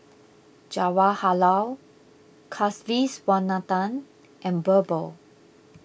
Jawaharlal Kasiviswanathan and Birbal